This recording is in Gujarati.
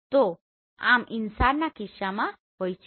તો આમ INSAR ના કિસ્સામાં હોય છે